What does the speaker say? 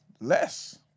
Less